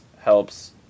helps